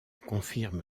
confirme